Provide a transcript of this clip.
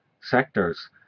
sectors